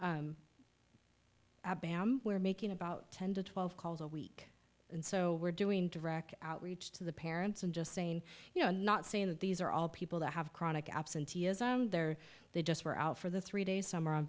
absences we're making about ten to twelve calls a week and so we're doing direct outreach to the parents and just saying you know i'm not saying that these are all people that have chronic absenteeism there they just were out for the three days summer